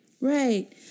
Right